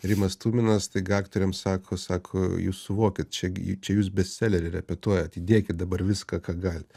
rimas tuminas staiga aktoriams sako sako jūs suvokit čia gi čia jūs bestselerį repetuojat įdėkit dabar viską ką galit